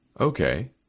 Okay